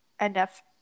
enough